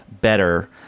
better